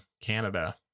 Canada